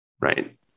right